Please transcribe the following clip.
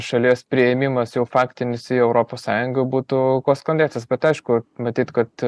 šalies priėmimas jau faktinis į europos sąjungą būtų kuo sklandesnis bet aišku matyt kad